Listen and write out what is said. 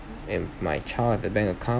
and my child has a bank account